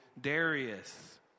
Darius